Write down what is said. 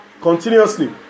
continuously